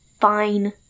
fine